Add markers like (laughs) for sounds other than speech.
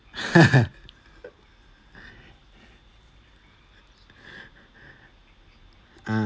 (laughs) ah